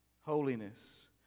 Holiness